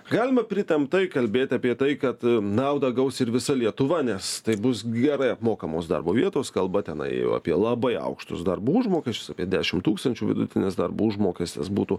galima pritemptai kalbėti apie tai kad naudą gaus ir visa lietuva nes tai bus gerai apmokamos darbo vietos kalba tenai apie labai aukštus darbo užmokesčius apie dešim tūkstančių vidutinis darbo užmokestis būtų